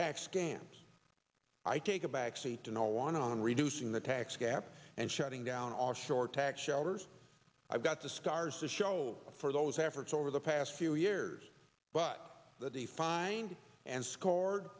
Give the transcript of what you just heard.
can i take a back seat to no one on reducing the tax gap and shutting down offshore tax shelters i've got the scars to show for those efforts over the past few years but that the fine and scored